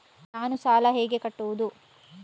ನಾನು ಸಾಲ ಹೇಗೆ ಕಟ್ಟುವುದು?